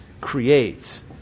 creates